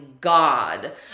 God